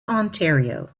ontario